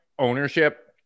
Ownership